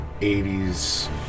80s